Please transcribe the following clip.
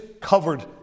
covered